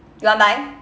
you want to buy